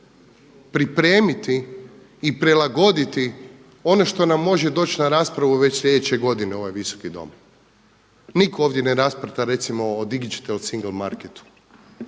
pripremiti i prilagoditi, ono što nam može doći na raspravu već slijedeće godine u ovaj Visoki dom. Nitko ovdje ne raspravlja recimo o digital single marketu,